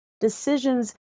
decisions